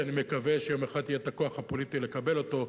שאני מקווה שיום אחד יהיה הכוח הפוליטי לקבל אותו,